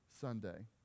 Sunday